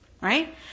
Right